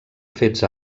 fets